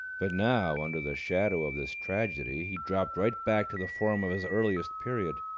but now, under the shadow of this tragedy, he dropped right back to the form of his earliest period.